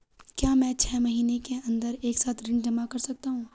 क्या मैं छः महीने के अन्दर एक साथ ऋण जमा कर सकता हूँ?